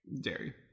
dairy